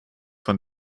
von